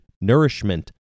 nourishment